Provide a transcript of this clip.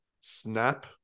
Snap